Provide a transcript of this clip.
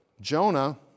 Jonah